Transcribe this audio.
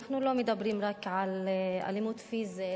אנחנו לא מדברים רק על אלימות פיזית,